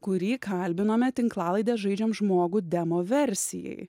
kurį kalbinome tinklalaidę žaidžiam žmogų demo versijai